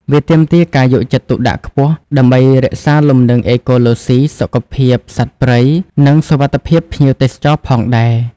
វាទាមទារការយកចិត្តទុកដាក់ខ្ពស់ ដើម្បីរក្សាលំនឹងអេកូឡូស៊ី សុខភាពសត្វព្រៃ និងសុវត្ថិភាពភ្ញៀវទេសចរផងដែរ។